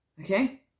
Okay